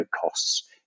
costs